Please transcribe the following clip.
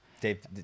Dave